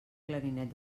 clarinet